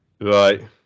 Right